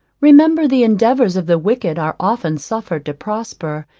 remember the endeavours of the wicked are often suffered to prosper,